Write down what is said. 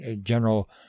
General